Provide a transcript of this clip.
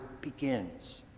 begins